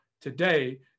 today